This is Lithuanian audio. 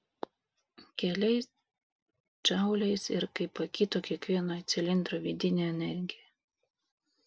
keliais džauliais ir kaip pakito kiekvieno cilindro vidinė energija